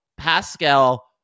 Pascal